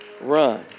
run